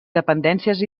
dependències